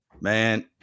man